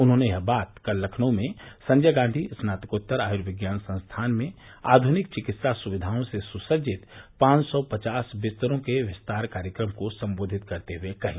उन्होंने यह बात कल लखनऊ में संजय गांधी स्नातकोत्तर आय्र्विज्ञान संस्थान में आध्निक विकित्सा सुविधाओं से सुसज्जित पांच सौ पचास दिस्तरों के विस्तार कार्यक्रम को सम्बोधित करते हुए कही